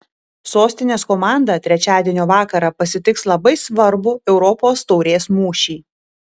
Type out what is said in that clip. sostinės komanda trečiadienio vakarą pasitiks labai svarbų europos taurės mūšį